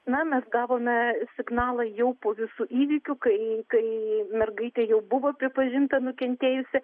na mes gavome signalą jau po visų įvykių kai kai mergaitė jau buvo pripažinta nukentėjusi